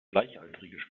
gleichaltrige